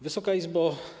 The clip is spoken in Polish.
Wysoka Izbo!